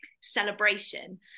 celebration